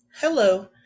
Hello